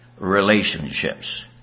relationships